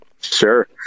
Sure